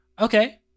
okay